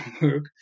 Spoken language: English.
work